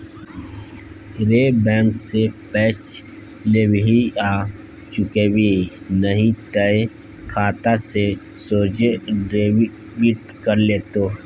रे बैंक सँ पैंच लेबिही आ चुकेबिही नहि तए खाता सँ सोझे डेबिट कए लेतौ